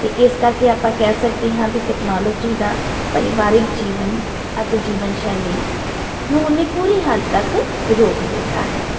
ਅਤੇ ਇਸ ਕਰਕੇ ਆਪਾਂ ਕਹਿ ਸਕਦੇ ਹਾਂ ਵੀ ਟੈਕਨੋਲਜੀ ਦਾ ਪਰਿਵਾਰਿਕ ਜੀਵਨ ਅਤੇ ਜੀਵਨ ਸ਼ੈਲੀ ਨੂੰ ਉਹਨੇ ਪੂਰੀ ਹੱਦ ਤੱਕ ਰੋਕ ਦਿੱਤਾ ਹੈ